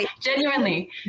Genuinely